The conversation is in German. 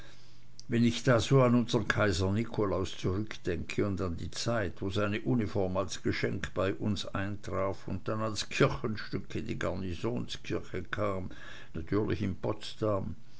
wenn ich da so an unsern kaiser nikolaus zurückdenke und an die zeit wo seine uniform als geschenk bei uns eintraf und dann als kirchenstück in die garnisonkirche kam natürlich in potsdam